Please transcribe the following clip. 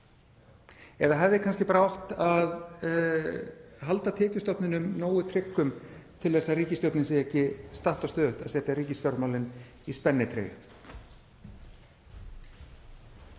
eða hefði kannski bara átt að halda tekjustofninum nógu tryggum til þess að ríkisstjórnin sé ekki statt og stöðugt að setja ríkisfjármálin í spennitreyju?